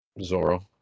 Zoro